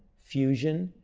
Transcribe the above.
fusion,